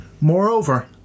Moreover